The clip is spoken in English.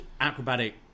acrobatic